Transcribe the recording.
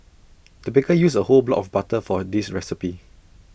the baker used A whole block of butter for this recipe